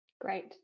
Great